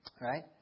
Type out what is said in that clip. Right